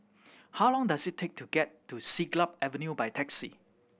how long does it take to get to Siglap Avenue by taxi